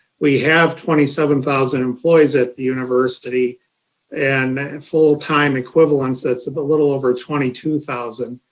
we have twenty seven thousand employees at the university and and full time equivalents, that a but little over twenty two thousand.